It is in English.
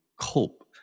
cope